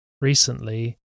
Recently